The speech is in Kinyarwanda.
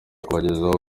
kubagezaho